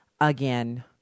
Again